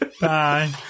bye